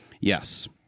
yes